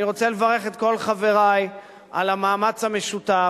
אני רוצה לברך את כל חברי על המאמץ המשותף,